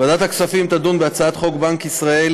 ועדת הכספים תדון בהצעת חוק בנק ישראל